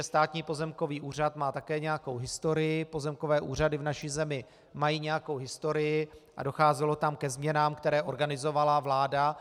Státní pozemkový úřad má také nějakou historii, pozemkové úřady v naší zemi mají nějakou historii a docházelo tam ke změnám, které organizovala vláda.